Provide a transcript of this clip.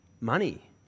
money